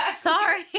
sorry